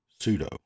Sudo